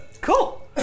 cool